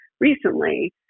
recently